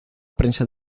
prensa